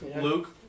Luke